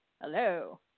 Hello